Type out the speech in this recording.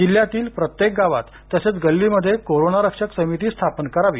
जिल्ह्यातील प्रत्येक गावात तसेच गल्लीमध्ये कोरोना रक्षक समिती स्थापन करावी